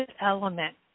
element